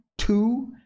Two